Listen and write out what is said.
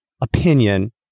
opinion